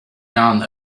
yarn